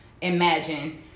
imagine